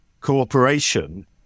cooperation